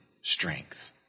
strength